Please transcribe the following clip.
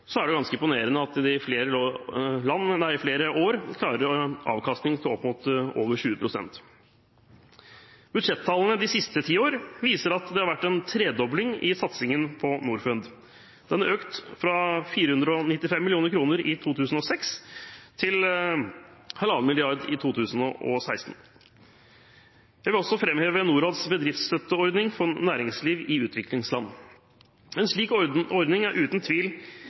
er det ganske imponerende at de i flere år har klart en avkastning opp mot 20 pst. Budsjettallene de siste ti år viser at det har vært en tredobling i satsingen på Norfund. Den har økt fra 495 mill. kr i 2006 til 1,5 mrd. kr i 2016. Jeg vil også framheve Norads bedriftsstøtteordning for næringsliv i utviklingsland. En slik ordning er uten tvil